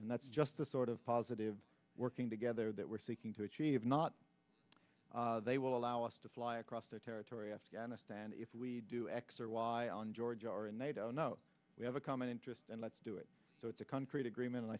and that's just the sort of positive working together that we're seeking to achieve not they will allow us to fly across their territory afghanistan if we do x or y on george or a nato no we have a common interest and let's do it so it's a concrete agreement and i